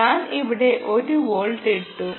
ഞാൻ ഇവിടെ 1 വോൾട്ട് ഇട്ടു